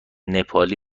نپالی